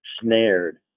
snared